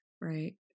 right